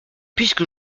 puisque